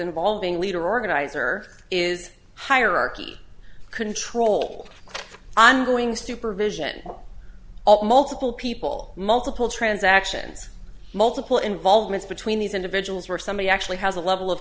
involving leader organizer is hierarchy control ongoing supervision multiple people multiple transactions multiple involvements between these individuals were somebody actually has a level of